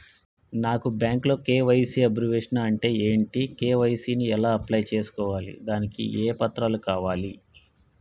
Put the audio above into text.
నాకు బ్యాంకులో KYC abbreviation అంటే ఏంటి కే.వై.సీ ని ఎలా అప్లై చేసుకోవాలి దానికి ఏ పత్రాలు కావాలి?